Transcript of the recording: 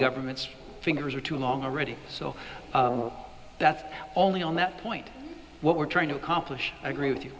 government's fingers are too long already so that's only on that point what we're trying to accomplish i agree with you